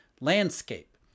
landscape